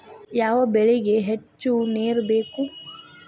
ಯಾವ ಬೆಳಿಗೆ ಹೆಚ್ಚು ನೇರು ಬೇಕು?